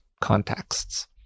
contexts